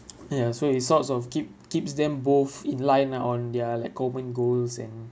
ya so he sorts of keep keeps them both in line on their like common goals and